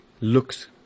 Looks